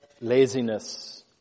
laziness